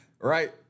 Right